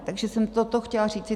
Takže jsem toto chtěla říci.